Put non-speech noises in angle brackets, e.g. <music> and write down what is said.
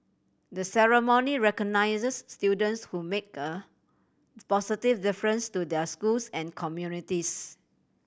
the ceremony recognises students who make a <unintelligible> positive difference to their schools and communities